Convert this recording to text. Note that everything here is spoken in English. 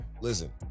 Listen